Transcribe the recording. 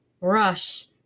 rush